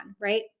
right